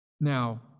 Now